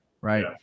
Right